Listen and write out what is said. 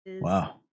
Wow